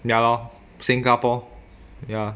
ya lor singapore ya